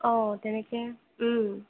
অঁ তেনেকে